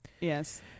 Yes